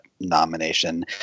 nomination